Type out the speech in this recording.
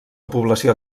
població